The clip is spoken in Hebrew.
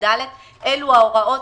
התשע"ו 2015,